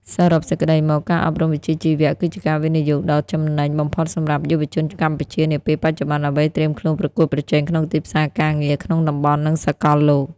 សរុបសេចក្ដីមក ការអប់រំវិជ្ជាជីវៈគឺជាការវិនិយោគដ៏ចំណេញបំផុតសម្រាប់យុវជនកម្ពុជានាពេលបច្ចុប្បន្ន ដើម្បីត្រៀមខ្លួនប្រកួតប្រជែងក្នុងទីផ្សារការងារក្នុងតំបន់ និងសកលលោក។